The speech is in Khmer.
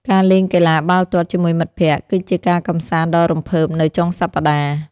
ការលេងកីឡាបាល់ទាត់ជាមួយមិត្តភក្តិ គឺជាការកម្សាន្តដ៏រំភើបនៅចុងសប្តាហ៍។